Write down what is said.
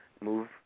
move